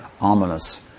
ominous